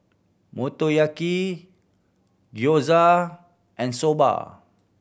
Motoyaki Gyoza and Soba